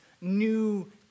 new